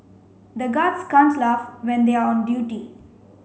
the guards can't laugh when they are on duty